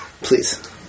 Please